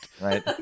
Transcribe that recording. Right